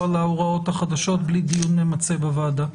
להוראות החדשות בלי דיון ממצה בוועדה.